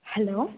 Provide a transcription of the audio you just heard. hello